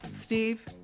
Steve